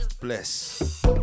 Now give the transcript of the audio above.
Bless